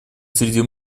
среди